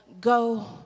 go